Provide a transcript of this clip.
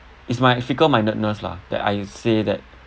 it's my fickle mindedness lah that I say that